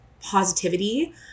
positivity